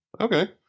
Okay